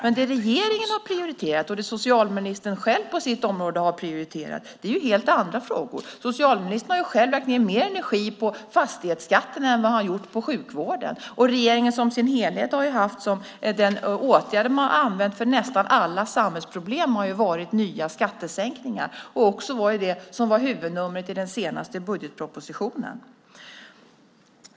Men det regeringen och socialministern själv har prioriterat är helt andra frågor. Socialministern har själv lagt ned mer energi på fastighetsskatten än på sjukvården, och regeringen som helhet har som åtgärd för nästan alla samhällsproblem använt nya skattesänkningar. Det var också det som var huvudnumret i den senaste budgetpropositionen.